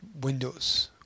windows